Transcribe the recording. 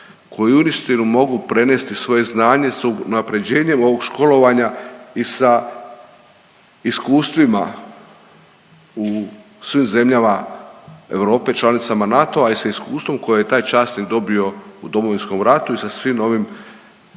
koji uistinu mogu prenesti svoje znanje s unapređenjem ovog školovanja i sa iskustvima u svim zemljama Europe članicama NATO-a i sa iskustvom koje je taj časnik dobio u Domovinskom ratu i sa svim ovim